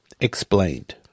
Explained